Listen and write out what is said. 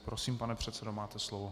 Prosím, pane předsedo, máte slovo.